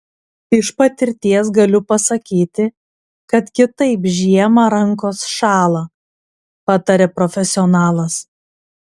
iš patirties galiu pasakyti kad kitaip žiemą rankos šąla pataria profesionalas